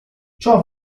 ciò